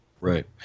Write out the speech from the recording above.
Right